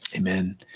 Amen